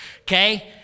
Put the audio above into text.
Okay